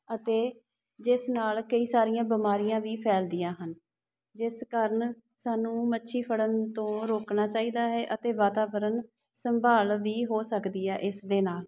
ਅਤੇ ਜਿਸ ਨਾਲ ਕਈ ਸਾਰੀਆਂ ਬਿਮਾਰੀਆਂ ਵੀ ਫੈਲਦੀਆਂ ਹਨ ਜਿਸ ਕਾਰਨ ਸਾਨੂੰ ਮੱਛੀ ਫੜਨ ਤੋਂ ਰੋਕਣਾ ਚਾਹੀਦਾ ਹੈ ਅਤੇ ਵਾਤਾਵਰਨ ਸੰਭਾਲ ਵੀ ਹੋ ਸਕਦੀ ਹੈ ਇਸ ਦੇ ਨਾਲ